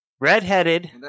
redheaded